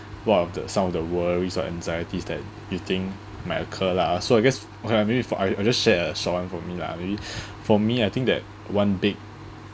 one of the some of the worries or anxieties that you think might occur lah so I guess okay lah maybe for I I just share a short one for me lah maybe for me I think that one big